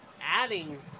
adding